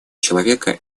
человека